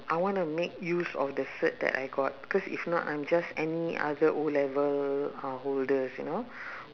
I wanna make use of the cert that I got cause if not I'm just any other O-level uh holders you know